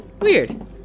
Weird